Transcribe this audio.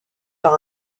par